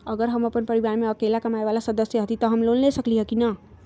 अगर हम अपन परिवार में अकेला कमाये वाला सदस्य हती त हम लोन ले सकेली की न?